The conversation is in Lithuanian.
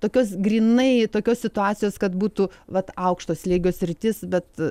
tokios grynai tokios situacijos kad būtų vat aukšto slėgio sritis bet